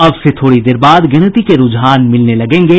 अब से थोड़ी देर बाद गिनती के रूझान मिलने लगेंगे